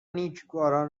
نیکوکاران